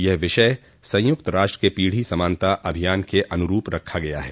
यह विषय संयुक्त राष्ट्र के पीढ़ी समानता अभियान के अनुरूप रखा गया है